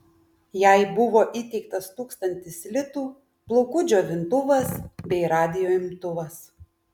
jai buvo įteiktas tūkstantis litų plaukų džiovintuvas bei radijo imtuvas